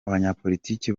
abanyapolitiki